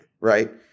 right